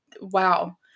Wow